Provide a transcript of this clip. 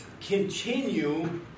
continue